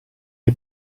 dei